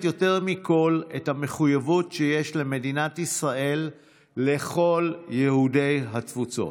יותר מכול את המחויבות שיש למדינת ישראל לכל יהודי התפוצות.